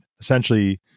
essentially